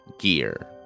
gear